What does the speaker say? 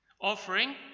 offering